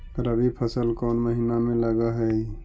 रबी फसल कोन महिना में लग है?